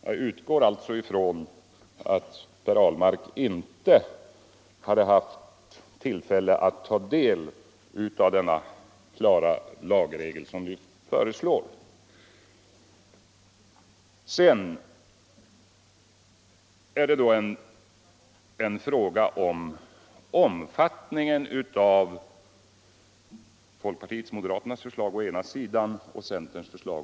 Jag utgår alltså nu ifrån att Per Ahlmark inte har haft tillfälle att ta del av den klara lagregel som vi föreslår. Sedan gällde det omfattningen av å ena sidan folkpartiets och moderaternas förslag och å andra sidan centerns förslag.